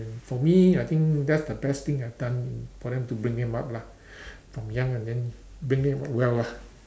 for me I think that's the best thing I've done for them to bring them up lah from young and then bring them up well lah